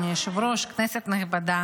בבקשה, חברת הכנסת מזרסקי,